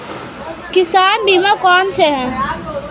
किसान बीमा कौनसे हैं?